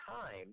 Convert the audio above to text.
time